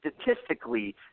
statistically